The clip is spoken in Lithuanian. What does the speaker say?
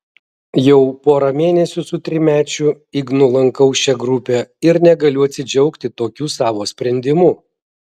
jau porą mėnesių su trimečiu ignu lankau šią grupę ir negaliu atsidžiaugti tokiu savo sprendimu